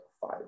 five